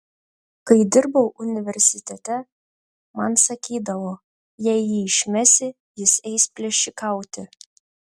kai dirbau universitete man sakydavo jei jį išmesi jis eis plėšikauti